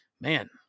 man